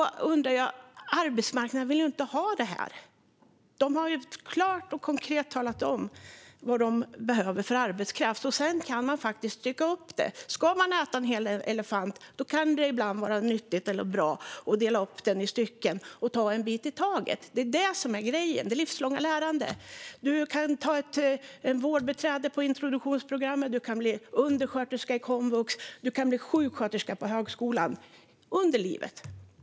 Men arbetsmarknaden vill ju inte ha det här. De har klart och konkret talat om vad de behöver för arbetskraft. Man kan faktiskt stycka upp det. Ska man äta en hel elefant kan det ibland vara bra att dela upp den i stycken och ta en bit i taget. Det är det som är grejen med det livslånga lärandet. Du kan bli vårdbiträde på introduktionsprogrammet, undersköterska i komvux och sjuksköterska på högskolan.